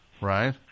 Right